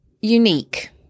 unique